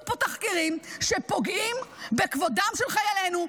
תחקירים שפוגעים בכבודם של חיילינו,